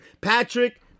Patrick